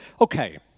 Okay